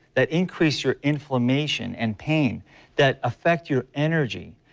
that increase your inflammation and pain that affect your energy.